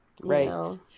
Right